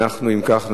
אם כך,